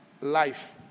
life